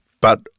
But-